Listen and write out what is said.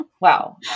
Wow